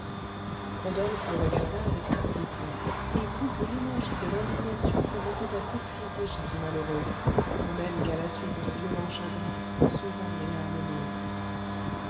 rodolphe le regarda avec anxiété il crut que l'énergie de l'indignation commençait à s'épuiser chez ce malheureux de même qu'à la suite de violents chagrins souvent les